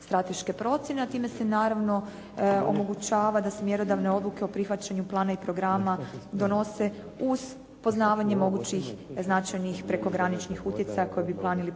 strateške procjene a time se naravno omogućava da se mjerodavne odluke o prihvaćanju plana i programa donose uz poznavanje mogućih značajnih prekograničnih utjecaja koji bi plan ili program